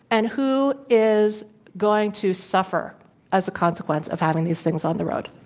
and who is going to suffer as a consequence of having these things on the road?